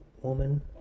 Woman